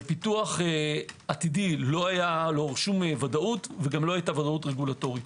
פיתוח עתידי לא היה לו שום ודאות וגם לא היתה ודאות רגולטורית.